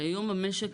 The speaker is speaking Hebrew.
הרי היום המשק,